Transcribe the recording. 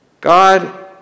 God